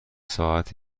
ساعت